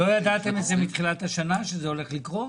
לא ידעתם את זה מתחילת השנה, שזה הולך לקרות?